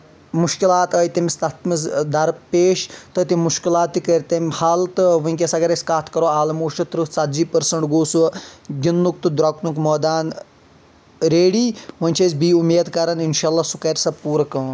مشکِلات آیہِ تٔمِس تَتھ منٛز درپیش تہٕ تِم مُشکِلات تہِ کٔرۍ تٔمۍ حل تہٕ وٕنٛۍکیٚس اَگر أسۍ کَتھ کَرو آلموسٹ ترٕٛہ ژَتجِہہ پرسنٛٹ گوٚو سُہ گنٛدنُک تہٕ دروٚکنُک مٲدان ریڈی وۄنۍ چھِ أسۍ بیٚیہِ وۄمید کران انشاء اللہ سُہ کَرِ سۄ پوٗرٕ کٲم